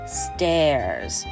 stairs